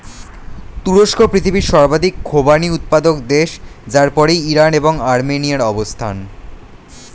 তুরস্ক পৃথিবীর সর্বাধিক খোবানি উৎপাদক দেশ যার পরেই ইরান এবং আর্মেনিয়ার অবস্থান